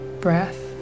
breath